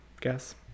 guess